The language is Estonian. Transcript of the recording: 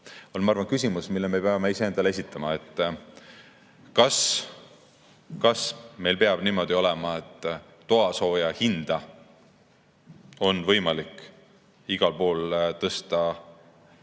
on, ma arvan, küsimus, mille me peame iseendale esitama: kas meil peab niimoodi olema, et toasooja hind on võimalik igal pool tõsta